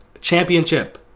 championship